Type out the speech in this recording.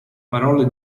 parole